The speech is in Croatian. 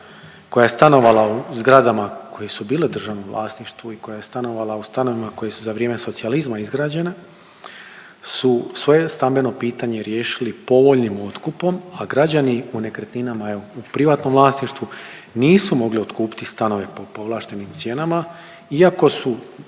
koja je stanovala u zgradama koje su bile u državnom vlasništvu i koja je stanovala u stanovima koji su za vrijeme socijalizma izgrađena su svoje stambeno pitanje riješili povoljnim otkupom, a građani u nekretninama evo u privatnom vlasništvu nisu mogli otkupiti stanove po povlaštenim cijenama iako su